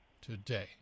today